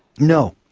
no.